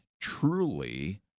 truly